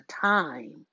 time